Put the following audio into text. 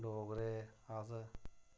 डोगरे अस